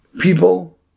People